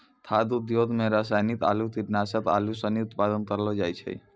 खाद्य उद्योग मे रासायनिक आरु कीटनाशक आरू सनी उत्पादन करलो जाय छै